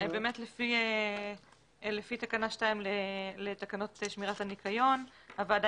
לפי תקנה 2 לתקנות שמירת הניקיון הוועדה